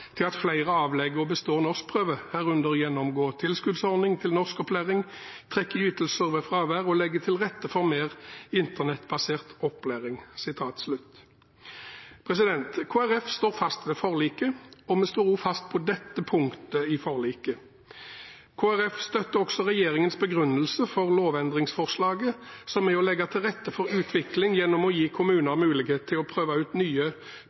til at flere avlegger og består norskprøve, herunder gjennomgå tilskuddsordning til norskopplæring, trekk i ytelser med fravær og legge til rette for mer internettbasert opplæring.» Kristelig Folkeparti står fast på forliket, og vi står fast på dette punktet i forliket. Kristelig Folkeparti støtter også regjeringens begrunnelse for lovendringsforslaget, som er å legge til rette for utvikling gjennom å gi kommuner mulighet til å prøve ut nye